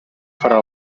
farà